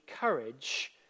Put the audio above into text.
courage